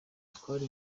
twari